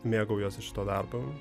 mėgaujuosi šituo darbu